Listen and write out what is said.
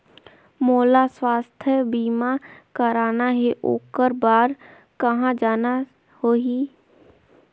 मोला स्वास्थ बीमा कराना हे ओकर बार कहा जाना होही?